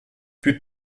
più